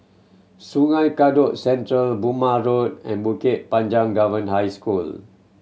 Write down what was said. Sungei Kadut Central Burmah Road and Bukit Panjang Govern High School